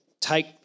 take